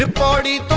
ah party.